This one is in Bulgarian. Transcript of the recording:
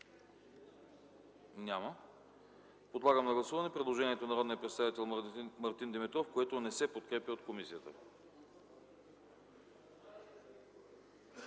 Няма. Подлагам на гласуване предложението на народния представител Мартин Димитров, което не се подкрепя от комисията.